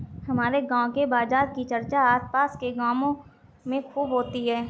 हमारे गांव के बाजार की चर्चा आस पास के गावों में खूब होती हैं